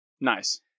Nice